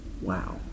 Wow